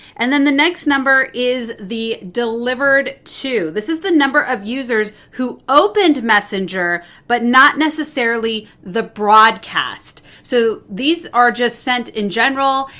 and then the next number is the delivered to. this is the number of users who opened messenger but not necessarily the broadcast. so these are just sent in general,